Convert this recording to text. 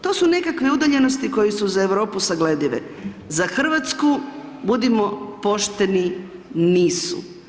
To su nekakve udaljenosti koje su za Europu sagledive, za Hrvatsku budimo pošteni nisu.